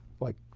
like,